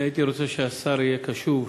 אני הייתי רוצה שהשר יהיה קשוב,